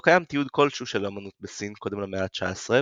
לא קיים תיעוד כלשהו של האמנות בסין קודם למאה ה-19,